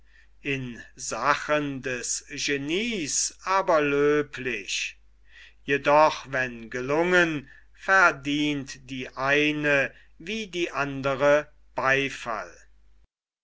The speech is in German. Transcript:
in sachen des genies aber löblich jedoch wenn gelungen verdient die eine wie die andre beifall